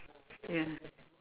ya